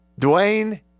Dwayne